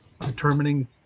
determining